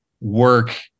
work